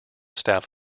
staff